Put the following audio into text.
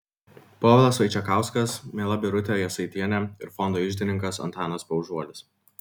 povilas vaičekauskas miela birutė jasaitienė ir fondo iždininkas antanas paužuolis